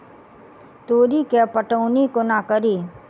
तोरी केँ पटौनी कोना कड़ी?